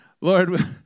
Lord